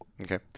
Okay